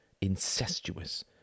Incestuous